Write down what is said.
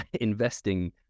investing